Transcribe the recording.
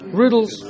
riddles